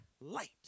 light